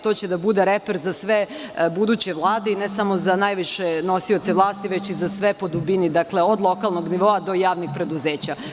To će da bude reper za sve buduće u Vladi i ne samo za najviše nosioce vlasti već i za sve po dubini, dakle, od lokalnog nivoa do javnih preduzeća.